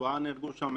ארבעה נהרגו שם,